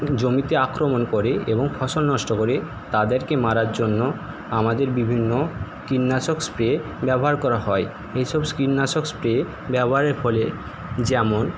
জমিতে আক্রমণ করে এবং ফসল নষ্ট করে তাদেরকে মারার জন্য আমাদের বিভিন্ন কীটনাশক স্প্রে ব্যবহার করা হয় এসব কীটনাশক স্প্রে ব্যবহারের ফলে যেমন